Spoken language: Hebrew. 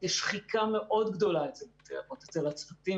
יש שחיקה מאוד גדולה אצל בתי האבות אצל הצוותים.